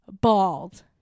bald